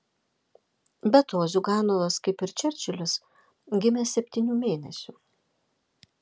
be to ziuganovas kaip ir čerčilis gimė septynių mėnesių